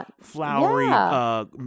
flowery